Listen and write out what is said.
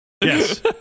yes